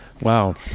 Wow